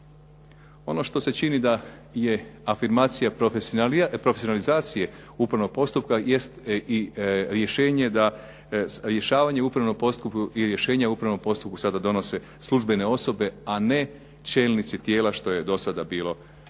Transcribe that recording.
Ono što se čini da je afirmacija profesionalizacije upravnog postupka jest rješenje da rješavanje upravnog postupka i rješenja o upravnom postupku sada donose službene osobe, a ne čelnici tijela, što je do sada bilo